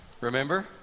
remember